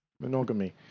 Monogamy